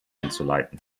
einzuleiten